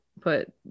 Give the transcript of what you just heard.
put